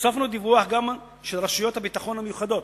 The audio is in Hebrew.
הוספנו דיווח גם של רשויות הביטחון המיוחדות,